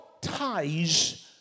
ties